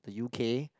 the U_K